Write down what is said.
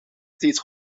steeds